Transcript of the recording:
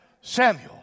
Samuel